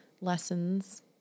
lessons